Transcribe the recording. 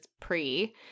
pre